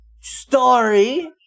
story